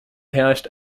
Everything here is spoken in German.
herrscht